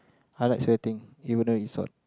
I like sweating even though it's hot